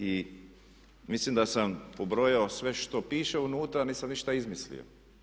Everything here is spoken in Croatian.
I mislim da sam pobrojao sve što piše unutra, nisam ništa izmislio.